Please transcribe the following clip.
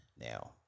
Now